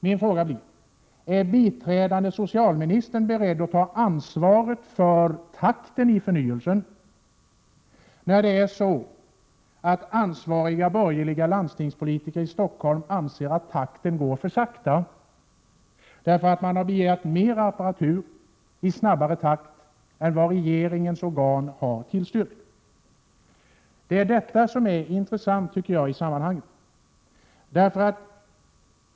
Min fråga lyder: Är biträdande socialministern beredd att ta ansvaret för takten i förnyelsen när ansvariga borgerliga landstingspolitiker i Stockholm anser att takten är för långsam? Man har begärt mer apparatur i snabbare takt än vad regeringens organ har tillstyrkt. Det är detta som jag tycker är intressant i sammanhanget.